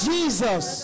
Jesus